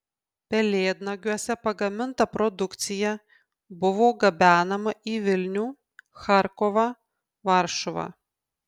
pelėdnagiuose pagaminta produkcija buvo gabenama į vilnių charkovą varšuvą